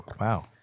wow